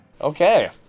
Okay